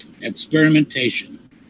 experimentation